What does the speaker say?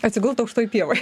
atsigult aukštoj pievoj